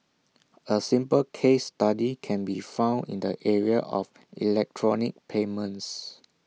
A simple case study can be found in the area of electronic payments